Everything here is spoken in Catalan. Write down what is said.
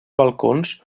balcons